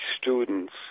students